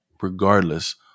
regardless